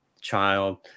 child